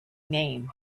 name